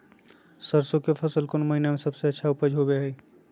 सरसों के फसल कौन महीना में सबसे अच्छा उपज होबो हय?